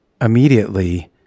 immediately